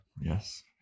Yes